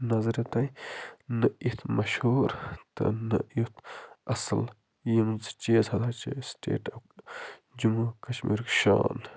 نظرِ تۄہہِ نہٕ یِتھ مہشوٗر تہٕ نہٕ یُتھ اصل یم زٕ چیٖز ہسا چھِ سِٹیٹُک جموں کٔشمیٖرُک شان